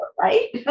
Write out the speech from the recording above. right